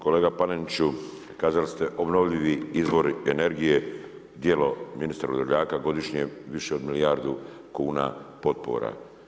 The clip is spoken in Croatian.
Kolega Paneniću, kazali ste obnovljivi izvori energije, djelo ministra Vrdoljaka godišnje više od milijardu kuna potpora.